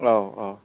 औ औ